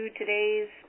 today's